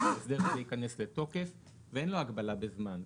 וההסדר הזה ייכנס לתוקף ואין לו הגבלה בזמן.